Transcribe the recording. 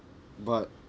but